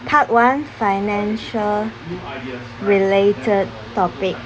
part one financial related topic